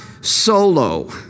solo